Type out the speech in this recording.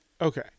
okay